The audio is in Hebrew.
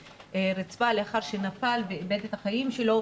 הרצפה לאחר שנפל ואיבד את החיים שלו,